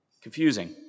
Confusing